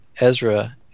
Ezra